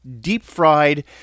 deep-fried